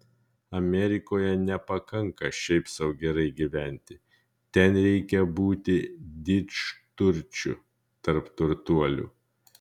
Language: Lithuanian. amerikoje nepakanka šiaip sau gerai gyventi ten reikia būti didžturčiu tarp turtuolių